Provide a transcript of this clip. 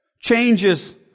changes